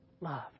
love